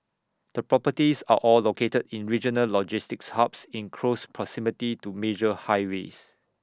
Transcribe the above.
the properties are all located in regional logistics hubs in close proximity to major highways